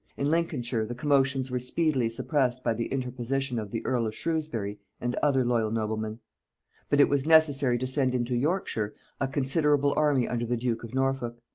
in lincolnshire the commotions were speedily suppressed by the interposition of the earl of shrewsbury and other loyal noblemen but it was necessary to send into yorkshire a considerable army under the duke of norfolk.